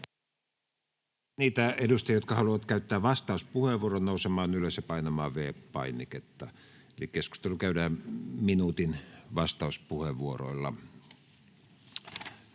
niitä edustajia, jotka haluavat käyttää vastauspuheenvuorot, nousemaan ylös ja painamaan V-painiketta, eli keskustelu käydään minuutin vastauspuheenvuoroilla.